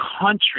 country